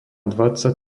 dvadsať